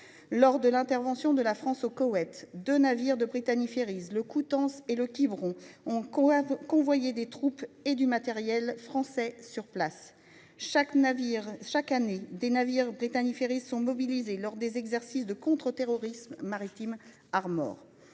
Lors de l'intervention de la France au Koweït, deux navires de Brittany Ferries, le et le, ont convoyé des troupes et du matériel français sur place. Chaque année, des navires de Brittany Ferries sont mobilisés lors des exercices de contre-terrorisme maritime Armor.